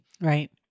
Right